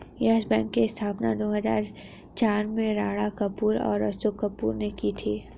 yes Bank की स्थापना दो हजार चार में राणा कपूर और अशोक कपूर ने की थी